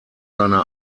seine